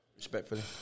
Respectfully